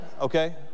Okay